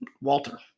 Walter